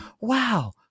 wow